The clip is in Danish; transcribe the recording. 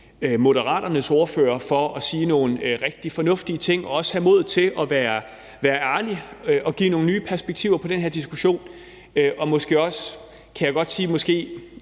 Moderaternes ordfører for at sige nogle rigtig fornuftige ting og også have modet til at være ærlig og give nogle nye perspektiver til den her diskussion og måske også, kan jeg måske